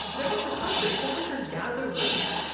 they're not just hunters. they're hunter-gatherers.